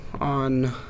On